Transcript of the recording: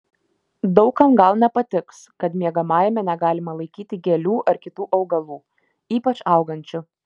daug kam gal nepatiks kad miegamajame negalima laikyti gėlių ar kitų augalų ypač augančių